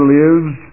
lives